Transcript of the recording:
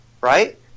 right